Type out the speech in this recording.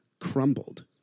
crumbled